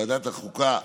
ועדת החוקה,